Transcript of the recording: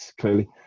clearly